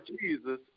Jesus